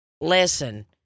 listen